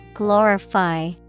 Glorify